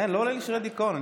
אין, לא עולים לי שירי דיכאון.